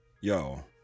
Yo